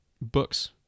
books